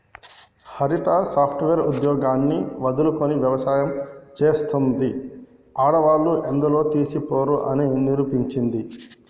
హరిత software ఉద్యోగాన్ని వదులుకొని వ్యవసాయం చెస్తాంది, ఆడవాళ్లు ఎందులో తీసిపోరు అని నిరూపించింది